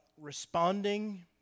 responding